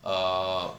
err